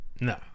No